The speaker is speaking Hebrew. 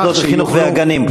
מוסדות החינוך והגנים.